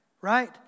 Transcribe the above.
right